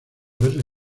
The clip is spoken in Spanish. verle